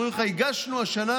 אומרים לך: הגשנו השנה